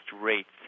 rates